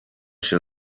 się